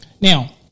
Now